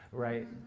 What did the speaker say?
right?